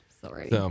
sorry